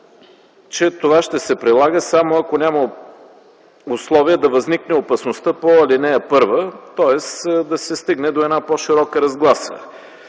че това ще се прилага само ако няма условие да възникне опасността по ал. 1. Тоест, да се стигне до една по-широка разгласа